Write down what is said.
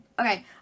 Okay